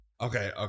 Okay